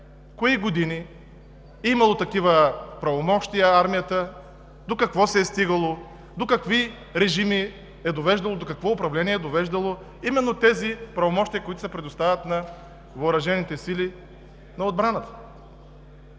кои години е имала такива правомощия армията, до какво се е стигало, до какви режими са довеждали, до какво управление са довеждали именно тези правомощия, които се предоставят на въоръжените сили, на отбраната.